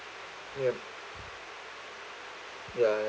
ya ya